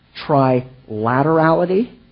trilaterality